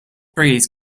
breeze